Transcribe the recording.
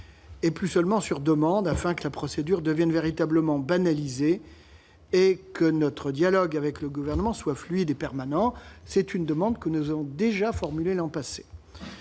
et plus seulement sur demande, afin que la procédure devienne véritablement banalisée, et que notre dialogue avec le Gouvernement soit fluide et permanent. C'est une demande que nous avions déjà formulée l'an passé.